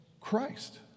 Christ